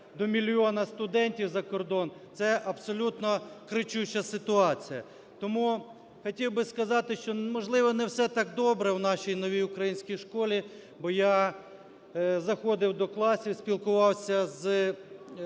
до мільйона студентів за кордон, це абсолютно кричуща ситуація. Тому хотів би сказати, що, можливо, не все так добре в нашій новій українській школі, бо я заходив до класів, спілкувався з вчителями,